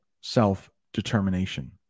self-determination